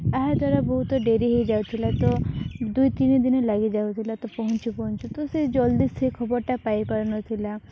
ଏହା ଦ୍ୱାରା ବହୁତ ଡେରି ହୋଇଯାଉଥିଲା ତ ଦୁଇ ତିନି ଦିନେ ଲାଗି ଯାଉଥିଲା ତ ପହଞ୍ଚୁ ପହଞ୍ଚୁ ତ ସେ ଜଲ୍ଦି ସେ ଖବରଟା ପାଇପାରୁନଥିଲା